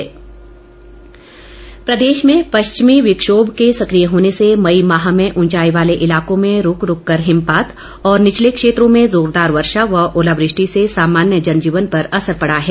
मौसम प्रदेश में पश्चिमी विक्षोभ के सकिय होने से मई माह में उंचाई वाले इलाकों में रूक रूक कर हिमपात और निचले क्षेत्रों में जोरदार वर्षा व ओलावृष्टि से सामान्य जनजीवन पर असर पड़ा है